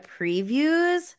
previews